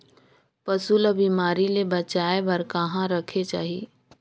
पशु ला बिमारी ले बचाय बार कहा रखे चाही?